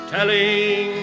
Telling